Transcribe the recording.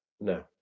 No